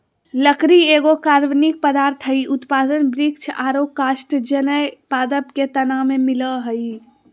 लकड़ी एगो कार्बनिक पदार्थ हई, उत्पादन वृक्ष आरो कास्टजन्य पादप के तना में मिलअ हई